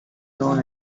known